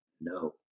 No